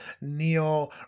Neo